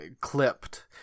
clipped